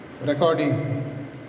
recording